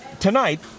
Tonight